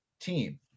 team